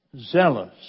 zealous